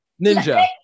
Ninja